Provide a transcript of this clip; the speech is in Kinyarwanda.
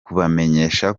kubamenyesha